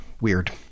weird